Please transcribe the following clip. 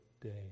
day